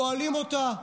גואלים אותה,